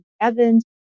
Evans